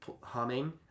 humming